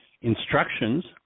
instructions